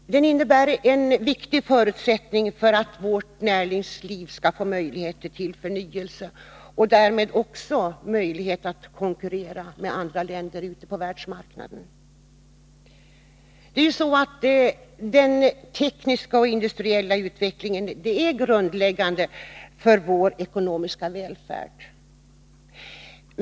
Forskningen är en viktig förutsättning för att vårt näringsliv skall få möjligheter till förnyelse och därmed möjligheter att konkurrera med andra länder ute på världsmarknaden. Den tekniska och industriella utvecklingen är ju grundläggande för vår ekonomiska välfärd.